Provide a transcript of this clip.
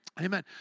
Amen